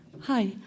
Hi